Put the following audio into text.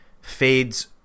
fades